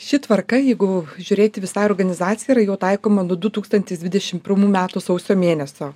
ši tvarka jeigu žiūrėti visai organizacija yra jau taikoma nuo du tūkstantis dvidešim pirmų metų sausio mėnesio